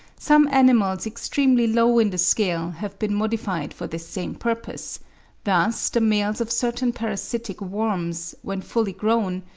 some animals extremely low in the scale have been modified for this same purpose thus the males of certain parasitic worms, when fully grown,